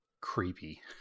creepy